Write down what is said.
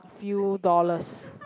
few dollars